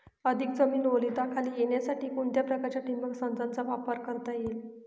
अधिक जमीन ओलिताखाली येण्यासाठी कोणत्या प्रकारच्या ठिबक संचाचा वापर करता येईल?